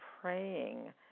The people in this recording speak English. praying